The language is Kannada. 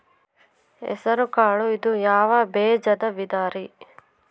ಹೆಸರುಕಾಳು ಇದು ಯಾವ ಬೇಜದ ವಿಧರಿ?